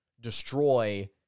destroy